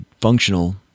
functional